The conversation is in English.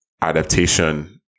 adaptation